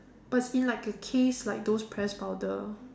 but it's like in like a case like those press powder